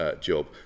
job